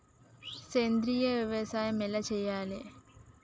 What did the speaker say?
సేంద్రీయ వ్యవసాయం ఎలా చెయ్యాలే?